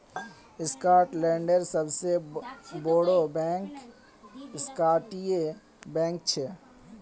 स्कॉटलैंडेर सबसे बोड़ो बैंक स्कॉटिया बैंक छे